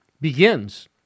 begins